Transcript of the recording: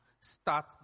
start